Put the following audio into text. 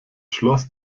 schloss